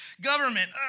Government